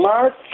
Mark